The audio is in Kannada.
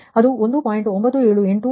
ಅದು1